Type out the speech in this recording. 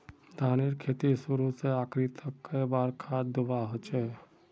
धानेर खेतीत शुरू से आखरी तक कई बार खाद दुबा होचए?